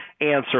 answer